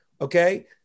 okay